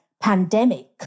pandemic